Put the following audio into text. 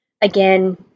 again